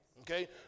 Okay